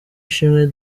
ishimwe